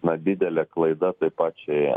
na didelė klaida tai pačiai